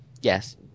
Yes